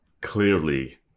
clearly